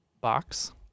box